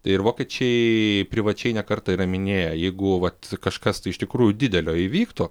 ir vokiečiai privačiai ne kartą yra minėję jeigu vat kažkas tai iš tikrųjų didelio įvyktų